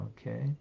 Okay